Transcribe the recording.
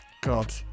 God